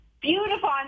Beautiful